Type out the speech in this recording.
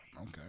Okay